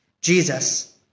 Jesus